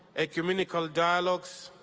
ecumenical dialogues,